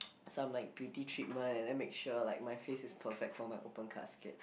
some like beauty treatment and then make sure like my face is perfect for my open casket